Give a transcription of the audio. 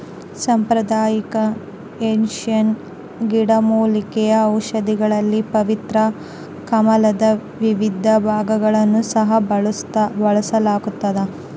ಸಾಂಪ್ರದಾಯಿಕ ಏಷ್ಯನ್ ಗಿಡಮೂಲಿಕೆ ಔಷಧಿಗಳಲ್ಲಿ ಪವಿತ್ರ ಕಮಲದ ವಿವಿಧ ಭಾಗಗಳನ್ನು ಸಹ ಬಳಸಲಾಗ್ತದ